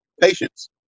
patience